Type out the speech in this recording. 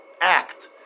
act